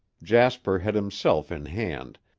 jasper had himself in hand,